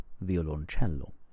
violoncello